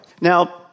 Now